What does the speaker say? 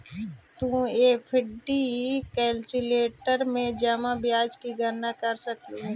तु FD calculator में जमा ब्याज की गणना कर सकलू हे